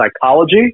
psychology